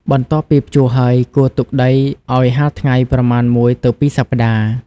បន្ទាប់ពីភ្ជួរហើយ គួរទុកដីឲ្យ ហាលថ្ងៃ ប្រមាណ ១ ទៅ ២ សប្តាហ៍។